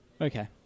okay